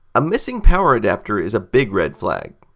a missing power adapter is a big red flag.